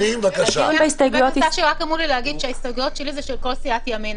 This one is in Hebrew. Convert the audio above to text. אמרו לי להגיד שההסתייגויות שלי הן של כל סיעת ימינה,